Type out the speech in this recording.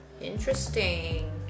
Interesting